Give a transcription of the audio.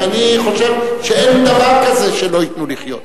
אני חושב שאין דבר כזה שלא ייתנו לחיות.